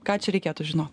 ką čia reikėtų žinot